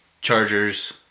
Chargers